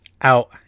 out